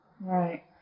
Right